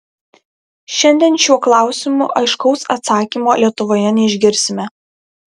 šiandien šiuo klausimu aiškaus atsakymo lietuvoje neišgirsime